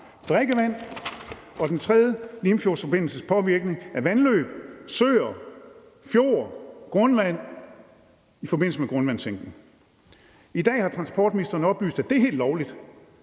drikkevand og Den 3. Limfjordsforbindelses påvirkning af vandløb, søer, fjorde og grundvand i forbindelse med grundvandssænkning. I dag har transportministeren oplyst, at det er helt lovligt,